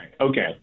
okay